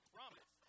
promise